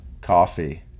coffee